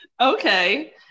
Okay